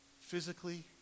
physically